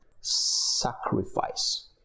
Sacrifice